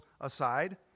aside